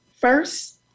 first